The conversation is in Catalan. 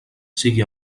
sigui